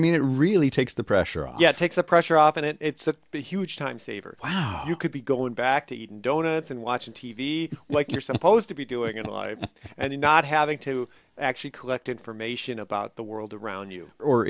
mean it really takes the pressure off takes the pressure off and it's a huge time saver wow you could be going back to eating donuts and watching t v like you're supposed to be doing it live and not having to actually collect information about the world around you or